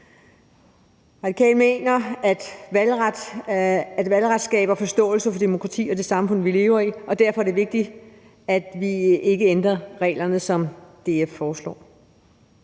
Radikale mener, at valgret skaber forståelse for demokrati og det samfund, vi lever i, og at det derfor er vigtigt, at vi ikke ændrer reglerne, sådan som DF foreslår